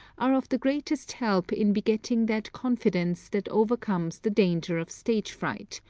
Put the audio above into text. are of the greatest help in begetting that confidence that overcomes the danger of stage fright,